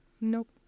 Nope